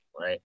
right